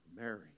Mary